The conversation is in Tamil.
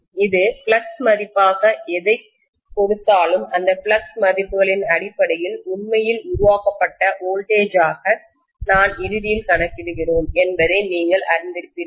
அது ஃப்ளக்ஸ் மதிப்பாக எதைக் கொடுத்தாலும் அந்த ஃப்ளக்ஸ் மதிப்புகளின் அடிப்படையில் உண்மையில் உருவாக்கப்பட்ட வோல்டேஜ் ஆக நாம் இறுதியில் கணக்கிடுகிறோம் என்பதை நீங்கள் அறிந்திருப்பீர்கள்